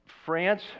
France